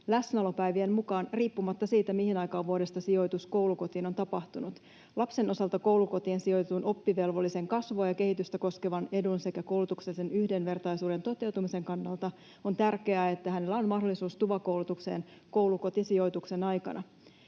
läsnäolopäivien mukaan riippumatta siitä, mihin aikaan vuodesta sijoitus koulukotiin on tapahtunut. Lapsen osalta koulukotiin sijoitetun oppivelvollisen kasvua ja kehitystä koskevan edun sekä koulutuksellisen yhdenvertaisuuden toteutumisen kannalta on tärkeää, että hänellä on mahdollisuus TUVA-koulutukseen koulukotisijoituksen aikana.